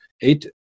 eight